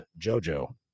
JoJo